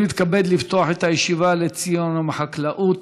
אני מתכבד לפתוח את הישיבה לציון יום החקלאות.